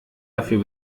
dafür